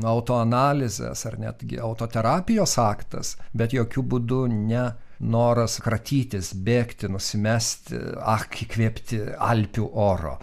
autoanalizės ar net gi autoterapijos aktas bet jokiu būdu ne noras kratytis bėgti nusimesti ak įkvėpti alpių oro